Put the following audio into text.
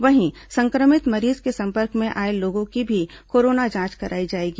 वहीं संक्रमित मरीज के संपर्क में आए लोगों की भी कोरोना जांच कराई जाएगी